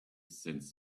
since